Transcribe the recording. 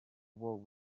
world